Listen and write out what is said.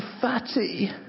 fatty